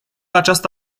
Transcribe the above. această